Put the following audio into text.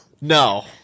No